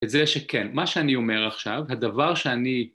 את זה שכן, מה שאני אומר עכשיו, הדבר שאני